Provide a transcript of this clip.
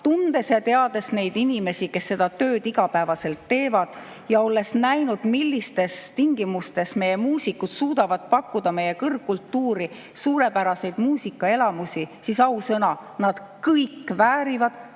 tundes ja teades neid inimesi, kes seda tööd igapäevaselt teevad, ning olles näinud, millistes tingimustes meie muusikud suudavad pakkuda meie kõrgkultuuri, suurepäraseid muusikaelamusi, ütlen: ausõna, nad kõik väärivad